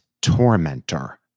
tormentor